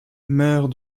meurt